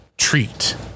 Treat